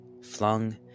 flung